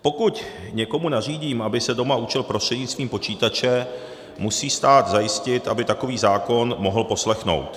Pokud někomu nařídím, aby se doma učil prostřednictvím počítače, musí stát zajistit, aby takový zákon mohl poslechnout.